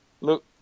Look